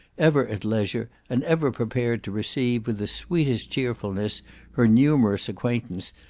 ever at leisure, and ever prepared to receive with the sweetest cheerfulness her numerous acquaintance,